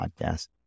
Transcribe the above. podcast